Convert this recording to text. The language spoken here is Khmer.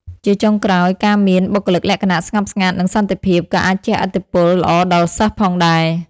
ជាចុងក្រោយ ការមាន បុគ្គលិកលក្ខណៈស្ងប់ស្ងាត់ និងសន្តិភាព ក៏អាចជះឥទ្ធិពលល្អដល់សិស្សផងដែរ។